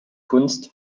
kunst